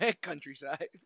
Countryside